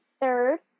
third